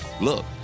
look